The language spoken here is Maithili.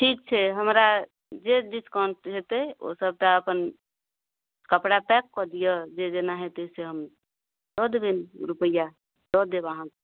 ठीक छै हमरा जे डिस्काउन्ट हेतै ओ सबटा अपन कपड़ा पैक कऽ दिअ जे जेना हेतै से हम दऽ देबनि रुपैआ दऽ देब अहाँ